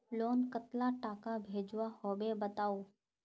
Loan कतला टाका भेजुआ होबे बताउ?